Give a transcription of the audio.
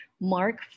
Mark